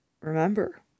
Remember